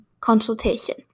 consultation